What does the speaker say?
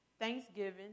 thanksgiving